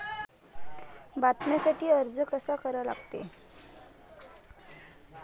बिम्यासाठी अर्ज कसा करा लागते?